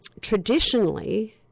traditionally